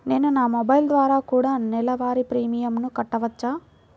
నేను నా మొబైల్ ద్వారా కూడ నెల వారి ప్రీమియంను కట్టావచ్చా?